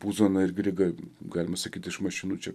puzoną ir grigą galima sakyt iš mašinų čia